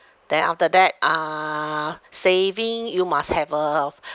then after that uh saving you must have a